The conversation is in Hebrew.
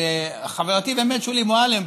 חברתי שולי מועלם,